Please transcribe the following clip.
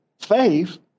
faith—